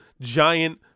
giant